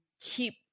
keep